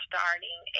Starting